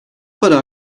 para